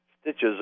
stitches